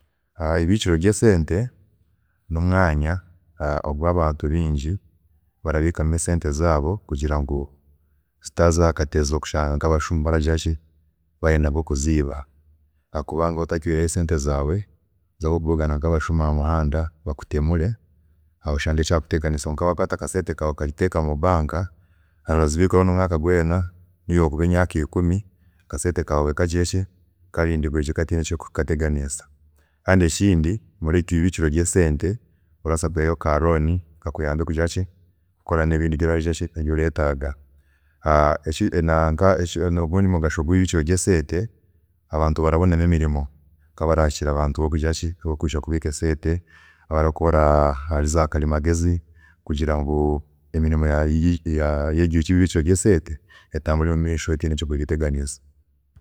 ﻿Eibikiro ryesente nomwanya ogu abantu bingi barabiikamu esente zaabo kugira ngu zitaza aha katezo kushanga nkabashuma barenda kuziiba, hakuba nga waaba otatwiireyo sente zaawe orabaasa kubugana nkabashuma ahamuhanda bakutemure kandi oshange kyakuteganisa kwonka wakwaata akasente kaawe okakateeka mu bank, orazibiikayo nomwaaka gweena nobu yokuba emyaaka ikumi akasente kaawe kagizire ki kariinzirwe gye katiine ekiri kukateganiisa, kandi ekindi mwibiikiro ryesente orabaasa kwihayo ka loan kakuyambe kugira ki, kukora nebindi ebyoragira ki, ebyoretaaga. Ekindi neinga ogundi mugasho gwibikiro ryesente abantu barabonamu emirimo nkaabo abaraakiira abantu abarija kubiika esente, abarakora ahari za karimagezi kugira ngu emirimo yeryo eibikiro ryesente etambure omumeisho etiine ekiri kugiteganisa